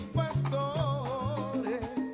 pastores